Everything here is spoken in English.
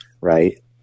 right